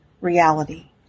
reality